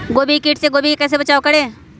गोभी के किट से गोभी का कैसे बचाव करें?